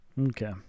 Okay